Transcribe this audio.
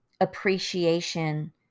appreciation